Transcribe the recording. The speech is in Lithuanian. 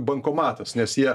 bankomatas nes jie